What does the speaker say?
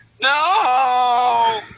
No